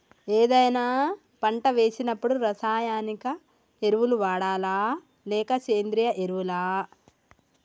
ఏదైనా పంట వేసినప్పుడు రసాయనిక ఎరువులు వాడాలా? లేక సేంద్రీయ ఎరవులా?